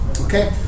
Okay